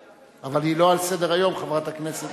אבל היא לא על סדר-היום, חברת הכנסת.